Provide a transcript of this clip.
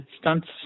stunts